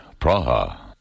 Praha